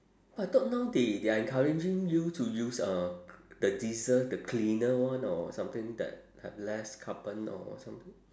I thought now they they are encouraging you to use uh the diesel the cleaner one or something that have less carbon or something